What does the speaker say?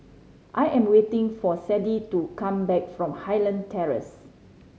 I am waiting for Sadye to come back from Highland Terrace